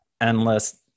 endless